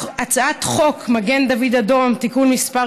הצעת חוק מגן דוד אדום (תיקון מס'